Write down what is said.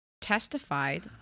testified